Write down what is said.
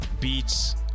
beats